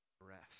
rest